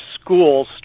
schools